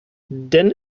denn